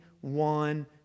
one